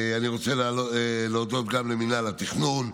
אני רוצה להודות גם למינהל התכנון,